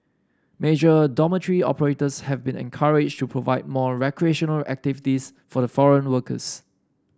major dormitory operators have been encouraged to provide more recreational activities for the foreign workers